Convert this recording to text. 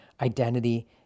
identity